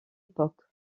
époque